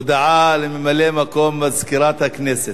הודעה לממלא-מקום מזכירת הכנסת.